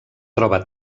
troba